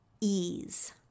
ease